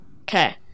Okay